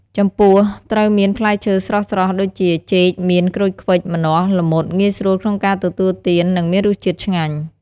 ចំពោះត្រូវមានផ្លែឈើស្រស់ៗ ដូចជា ចេក មៀន ក្រូចខ្វិច ម្នាស់ ល្មុត ងាយស្រួលក្នុងការទទួលទាន និងមានរសជាតិឆ្ងាញ់។